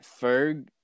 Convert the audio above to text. Ferg